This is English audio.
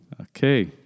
Okay